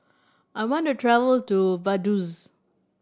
I want to travel to Vaduz